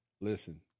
listen